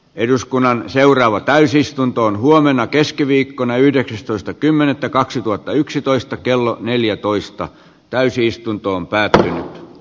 eduskunnan seuraava täysistuntoon huomenna keskiviikkona yhdeksästoista kymmenettä kaksituhattayksitoista kello neljätoista täysistuntoon pään